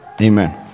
Amen